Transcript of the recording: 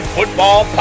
Football